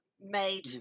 made